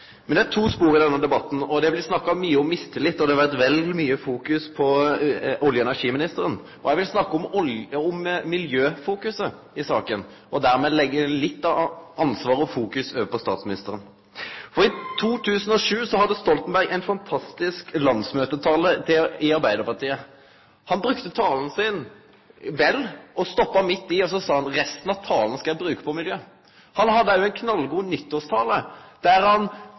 Det er to spor i denne debatten. Det har blitt snakka mykje om mistillit, og det har vore vel mykje fokus på olje- og energiministeren. Eg vil snakke om miljøfokuset i saka, og dermed leggje litt av ansvaret og fokusere på statsministeren. For i 2007 hadde Stoltenberg ein fantastisk landsmøtetale til Arbeidarpartiet. Han brukte talen sin vel, stoppa midt i og sa: Resten av talen skal eg bruke på miljø. Han hadde òg ein knallgod nyttårstale. Der sa han